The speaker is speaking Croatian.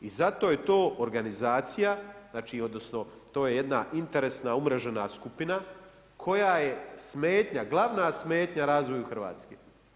I zato je to organizacija odnosno to je jedna interesna umrežena skupina koja je smetnja, glavna smetnja razvoju Hrvatske.